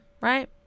right